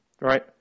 right